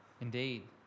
Indeed